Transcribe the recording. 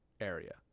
area